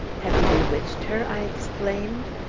have you bewitched her? i exclaimed.